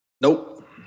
Nope